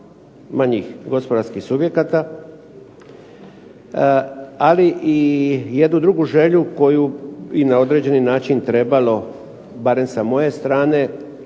manjih gospodarskih subjekata, ali i jednu drugu želju koju bi na određeni način trebalo barem sa moje strane